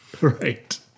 Right